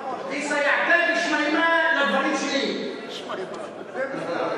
תרתי משמע, לדברים שלי.